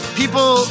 people